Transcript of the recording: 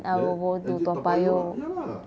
and then exit toa payoh lah ya lah